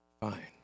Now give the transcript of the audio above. fine